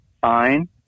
fine